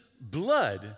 blood